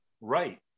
Right